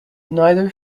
neither